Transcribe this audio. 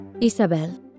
Isabel